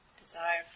Desire